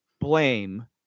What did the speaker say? blame